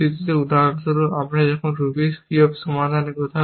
উদাহরণস্বরূপ যখন আমরা রুব্রিক্স কিউব সমাধানের কথা বলি